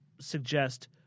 suggest